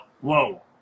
Whoa